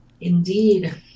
Indeed